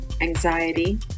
anxiety